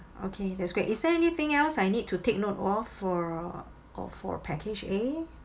okay that's great is there anything else I need to take note of for uh uh for package A